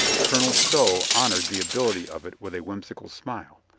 colonel stow honored the ability of it with a whimsical smile.